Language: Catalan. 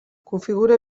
configura